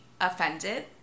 offended